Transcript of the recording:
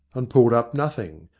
and pulled up nothing.